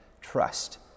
trust